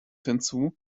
hinzu